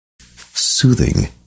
Soothing